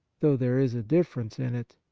though there is a difference in it.